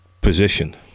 position